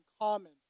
common